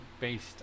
based